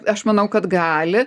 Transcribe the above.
aš manau kad gali